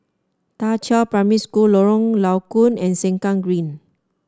Da Qiao Primary School Lorong Low Koon and Sengkang Green